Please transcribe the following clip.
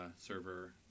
server